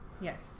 Yes